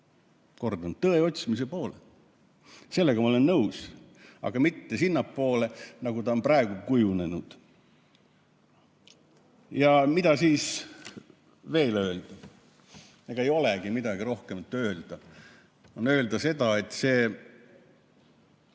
Kordan: tõe otsimise poole. Sellega ma olen nõus. Aga mitte sinnapoole, nagu on praegu kujunenud. Mida veel öelda? Ega ei olegi midagi rohkemat öelda. On öelda seda, et see